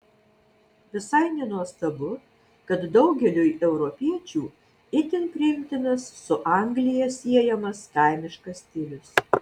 visai nenuostabu kad daugeliui europiečių itin priimtinas su anglija siejamas kaimiškas stilius